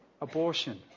abortion